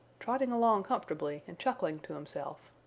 trotting along comfortably and chuckling to himself.